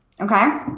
okay